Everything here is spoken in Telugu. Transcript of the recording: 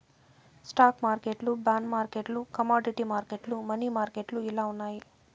స్టాక్ మార్కెట్లు బాండ్ మార్కెట్లు కమోడీటీ మార్కెట్లు, మనీ మార్కెట్లు ఇలా ఉన్నాయి